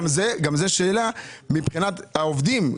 גם זאת שאלה לגבי העובדים.